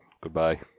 Goodbye